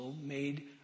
made